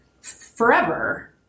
forever